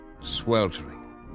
Sweltering